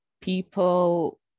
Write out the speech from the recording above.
people